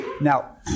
Now